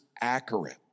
accurate